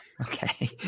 Okay